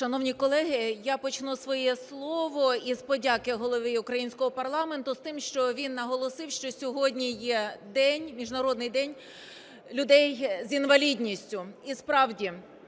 Шановні колеги, я почну своє слово із подяки голові українського парламенту, з тим, що він наголосив, що сьогодні є день, Міжнародний день людей з інвалідністю. І, справді,